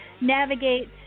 navigate